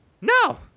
No